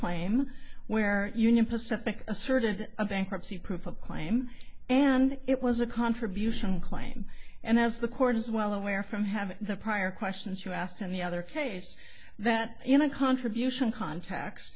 claim where union pacific asserted a bankruptcy proof a claim and it was a contribution claim and as the court is well aware from having the prior questions you asked and the other case that in a contribution cont